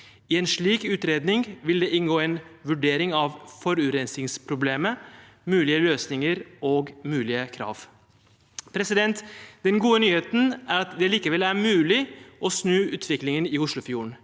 I en slik utredning vil det inngå en vurdering av forurensingsproblemet, mulige løsninger og mulige krav. Den gode nyheten er at det allikevel er mulig å snu utviklingen i Oslofjorden.